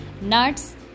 nuts